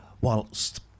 whilst